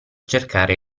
cercare